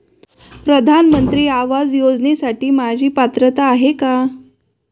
प्रधानमंत्री आवास योजनेसाठी माझी पात्रता आहे का?